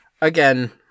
Again